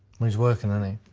he's working, isn't he?